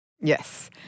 Yes